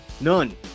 none